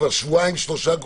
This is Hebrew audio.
כבר שבועיים-שלושה.